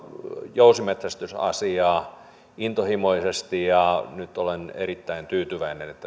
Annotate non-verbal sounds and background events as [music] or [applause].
jousimetsästysasiaa intohimoisesti ja nyt olen erittäin tyytyväinen että [unintelligible]